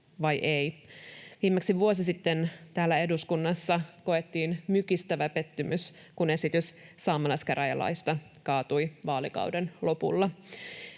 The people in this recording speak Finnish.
vai ei. Viimeksi vuosi sitten täällä eduskunnassa koettiin mykistävä pettymys, kun esitys saamelaiskäräjälaista kaatui vaalikauden lopulla.